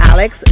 Alex